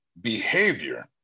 behavior